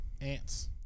Ants